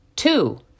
Two